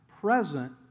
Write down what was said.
present